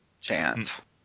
chance